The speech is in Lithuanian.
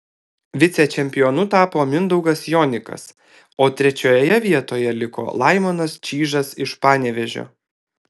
vicečempionu tapo mindaugas jonikas o trečioje vietoje liko laimonas čyžas iš panevėžio